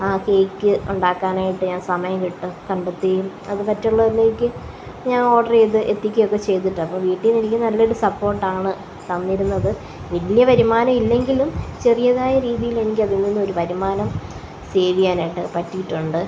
ആ കേക്ക് ഉണ്ടാക്കാനായിട്ട് ഞാൻ സമയം കിട്ട് കണ്ടെത്തി അത് മറ്റുള്ളവരിലേക്ക് ഞാൻ ഓർഡർ ചെയ്ത് എത്തിക്കുകയൊക്കെ ചെയ്തിട്ട് അപ്പോൾ വീട്ടിൽ നിന്ന് എനിക്ക് നല്ലൊരു സപ്പോർട്ടാണ് തന്നിരുന്നത് വലിയ വരുമാനം ഇല്ലെങ്കിലും ചെറിയതായ രീതീലെനിക്കതിൽ നിന്നൊര് വരുമാനം സേവ് ചെയ്യാനായിട്ട് പറ്റിയിട്ടുണ്ട്